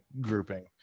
grouping